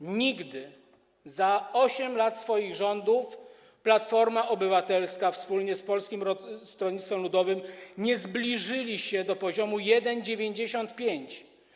W ciągu 8 lat swoich rządów Platforma Obywatelska wspólnie z Polskim Stronnictwem Ludowym nie zbliżyli się do poziomu 1,95.